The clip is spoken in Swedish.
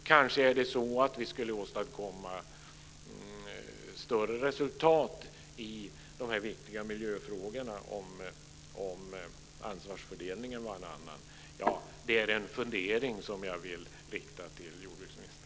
Vi kanske skulle nå större resultat i dessa viktiga miljöfrågor om ansvarsfördelningen var en annan. Det är en fundering som jag vill rikta till jordbruksministern.